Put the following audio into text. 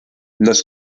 los